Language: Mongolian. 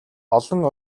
олон